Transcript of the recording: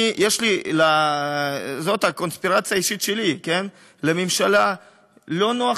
זו הקונספירציה האישית שלי: לממשלה לא נוח